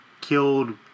killed